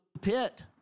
pit